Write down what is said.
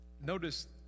Notice